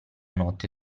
notte